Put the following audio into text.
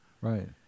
Right